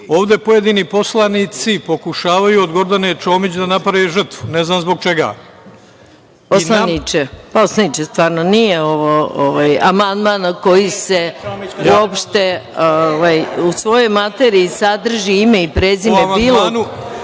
pojedini poslanici pokušavaju od Gordane Čomić da naprave žrtvu, ne znam zbog čega… **Maja Gojković** Poslaniče, stvarno, nije ovo amandman koji uopšte u svojoj materiji sadrži ime i prezime bilo